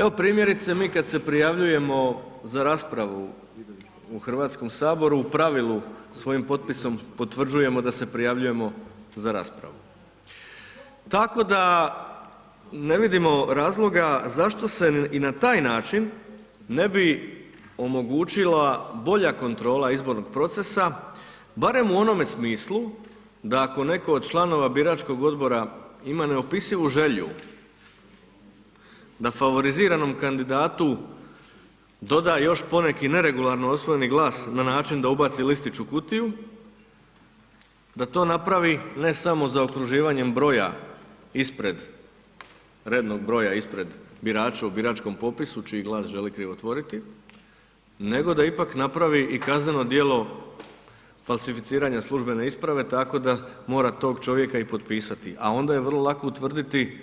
Evo primjerice mi kad se prijavljujemo za raspravu u HS u pravilu svojim potpisom potvrđujemo da se prijavljujemo za raspravu, tako da ne vidimo razloga zašto se i na taj način ne bi omogućila bolja kontrola izbornog procesa barem u onome smislu da ako neko od članova biračkog odbora ima neopisivu želju da favoriziranom kandidatu doda još poneki neregularno osvojeni glas na način da ubaci listić u kutiju, da to napravi ne samo zaokruživanjem broja ispred rednog broja ispred birača u biračkom popisu čiji glas želi krivotvoriti, nego da ipak napravi i kazneno djelo falsificiranja službene isprave tako da mora tog čovjeka i potpisati, a onda je vrlo lako utvrditi